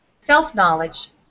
self-knowledge